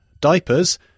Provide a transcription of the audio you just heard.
diapers